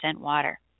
water